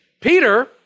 Peter